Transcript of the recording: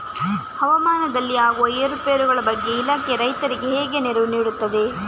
ಹವಾಮಾನದಲ್ಲಿ ಆಗುವ ಏರುಪೇರುಗಳ ಬಗ್ಗೆ ಇಲಾಖೆ ರೈತರಿಗೆ ಹೇಗೆ ನೆರವು ನೀಡ್ತದೆ?